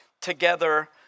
together